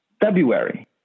February